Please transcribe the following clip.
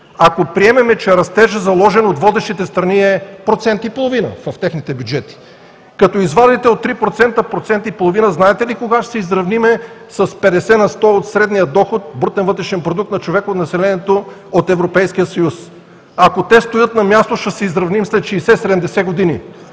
ако приемем, че растежът, заложен от водещите страни, е процент и половина в техните бюджети, като извадите от 3% процент и половина, знаете ли кога ще се изравним с 50 на сто от средния доход – брутен вътрешен продукт на човек от населението от Европейския съюз? Ако те стоят на място, ще се изравним след 60 – 70 години.